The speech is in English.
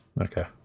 Okay